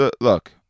look